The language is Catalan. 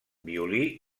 violí